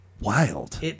wild